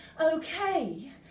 okay